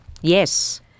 Yes